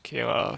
okay lah